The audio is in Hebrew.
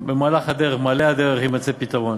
בין הנרטיב של הערבים-פלסטינים במדינת ישראל לבין הנרטיב הציוני.